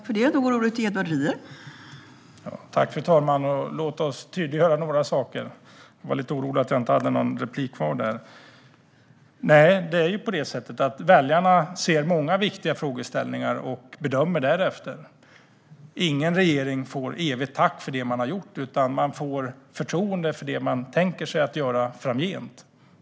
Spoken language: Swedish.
Fru ålderspresident! Låt oss tydliggöra några saker. Väljarna ser många viktiga frågor och bedömer därefter. Ingen regering får evigt tack för det man har gjort, utan man får förtroende för det man tänker sig göra framgent.